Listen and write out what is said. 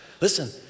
Listen